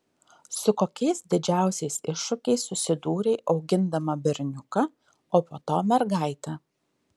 su kokiais didžiausiais iššūkiais susidūrei augindama berniuką o po to mergaitę